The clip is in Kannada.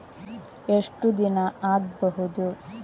ಎಷ್ಟು ದಿನ ಆಗ್ಬಹುದು?